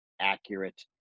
accurate